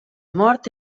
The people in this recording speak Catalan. mort